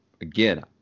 again